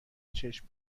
چشم